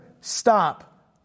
stop